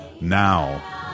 now